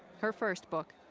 her first book,